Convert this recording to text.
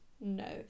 no